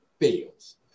fails